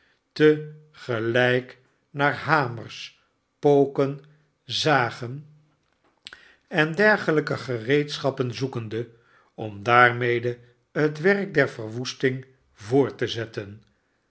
te gelijk naar hamers poken zagen en dergehjke gereedschappen zoekende om daarmede het werk der verwoesting voort te zetten